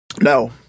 No